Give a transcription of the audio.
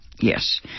yes